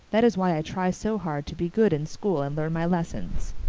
that is why i try so hard to be good in school and learn my lessuns.